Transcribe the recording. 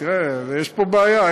יש פה בעיה,